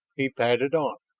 he padded on,